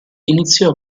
iniziò